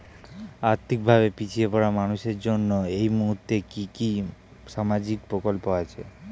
আর্থিক ভাবে পিছিয়ে পড়া মানুষের জন্য এই মুহূর্তে কি কি সামাজিক প্রকল্প আছে?